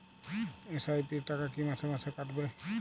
SIP র টাকা কী মাসে মাসে কাটবে?